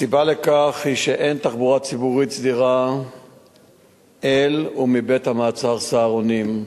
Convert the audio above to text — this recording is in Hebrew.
הסיבה לכך היא שאין תחבורה ציבורית סדירה אל בית-המעצר "סהרונים"